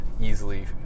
easily